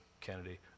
Kennedy